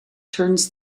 turns